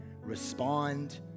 respond